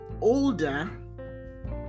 older